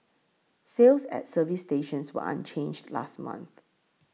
sales at service stations were unchanged last month